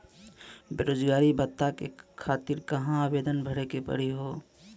बेरोजगारी भत्ता के खातिर कहां आवेदन भरे के पड़ी हो?